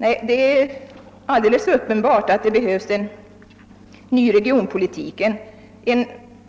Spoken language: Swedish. Nej, det är alldeles uppenbart att det behövs en ny regionpolitik, en